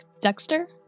Dexter